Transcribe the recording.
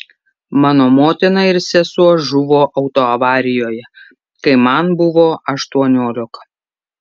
mano motina ir sesuo žuvo autoavarijoje kai man buvo aštuoniolika